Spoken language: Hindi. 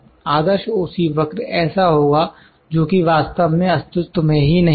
आदर्श ओ सी वक्र ऐसा होगा जो कि वास्तव में अस्तित्व में ही नहीं है